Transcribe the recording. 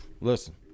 Listen